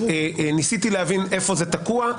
ניסיתי להבין איפה זה תקוע.